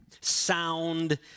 Sound